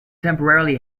temporarily